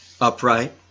upright